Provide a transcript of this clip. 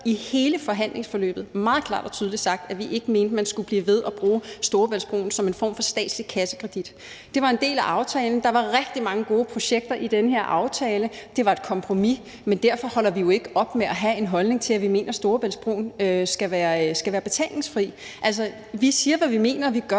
i hele forhandlingsforløbet meget klart og tydeligt sagt, at vi ikke mente, man skulle blive ved at bruge Storebæltsbroen som en form for statslig kassekredit. Det var en del af aftalen; der var rigtig mange gode projekter i den her aftale; det var et kompromis. Men derfor holder vi jo ikke op med at have en holdning til, at vi mener, at Storebæltsbroen skal være betalingsfri. Altså, vi siger, hvad vi mener, og vi gør,